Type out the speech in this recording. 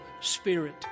Spirit